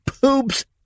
poops